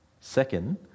Second